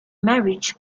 marriage